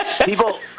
people